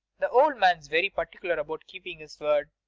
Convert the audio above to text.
the old man's very particular about keeping his word.